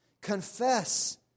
Confess